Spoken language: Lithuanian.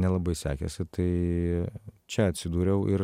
nelabai sekėsi tai čia atsidūriau ir